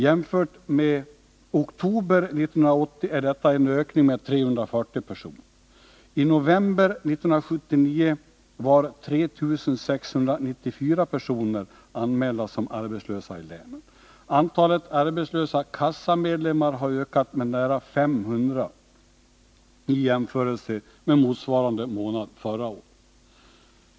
Jämfört med oktober 1980 är detta en ökning med 340 personer. I november 1979 var 3 694 anmälda som arbetslösa i länet. Antalet arbetslösa kassamedlemmar har ökat med nära 500 i jämförelse med motsvarande månad förra året.